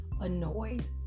annoyed